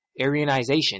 Aryanization